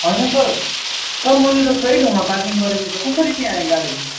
होइन sir sir मैले त सही ठाउँमा पार्किङ गरेको थिएँ त कसरी त्यहाँ आयो गाडी